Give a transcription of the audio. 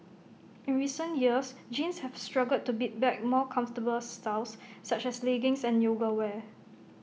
in recent years jeans have struggled to beat back more comfortable styles such as leggings and yoga wear